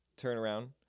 turnaround